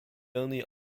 only